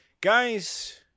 guys